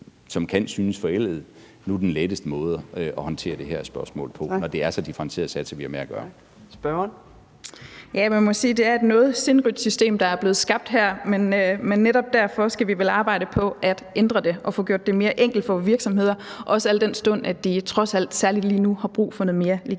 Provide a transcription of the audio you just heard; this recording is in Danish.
som kan synes forældet, nu er den letteste måde at håndtere det her spørgsmål på, når det er så differentierede satser, vi har med at gøre Kl. 14:51 Fjerde næstformand (Trine Torp): Spørgeren. Kl. 14:51 Marie Bjerre (V): Ja, man må sige, at det er et noget sindrigt system, der er blevet skabt her, men netop derfor skal vi vel arbejde på at ændre det og få gjort det mere enkelt for vores virksomheder, også al den stund at de trods alt, særlig lige nu, har brug for noget mere likviditet.